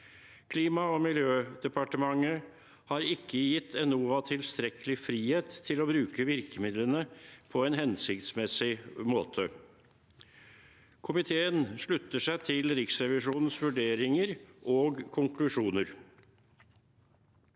Klima- og miljødepartementet har ikke gitt Enova tilstrekkelig frihet til å bruke virkemidlene på en hensiktsmessig måte. Komiteen slutter seg til Riksrevisjonens vurderinger og konklusjoner.